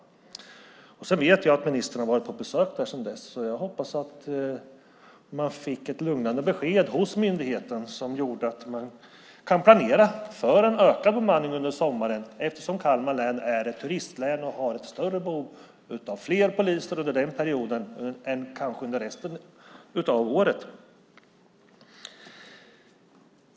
Jag vet att ministern har varit på besök där sedan dess, och jag hoppas att myndigheten fick ett lugnande besked som gjorde att man kan planera för en ökad bemanning under sommaren, eftersom Kalmar län är ett turistlän och har ett större behov av fler poliser under den perioden än man kanske har under resten av året.